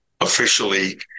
officially